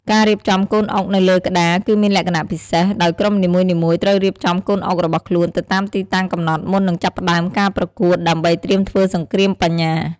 ការរៀបចំកូនអុកនៅលើក្តារគឺមានលក្ខណៈពិសេស ដោយក្រុមនីមួយៗត្រូវរៀបចំកូនអុករបស់ខ្លួនទៅតាមទីតាំងកំណត់មុននឹងចាប់ផ្តើមការប្រកួត ដើម្បីត្រៀមធ្វើសង្គ្រាមបញ្ញា។